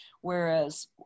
whereas